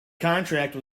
contract